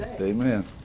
Amen